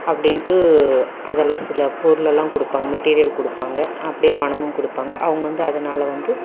அப்படின்ட்டு அதெல்லாம் சில பொருளெல்லாம் கொடுப்பாங்க மெட்டீரியல் கொடுப்பாங்க அப்படியே பணமும் கொடுப்பாங்க அவங்க வந்து அதனால் வந்து